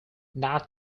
not